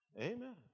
Amen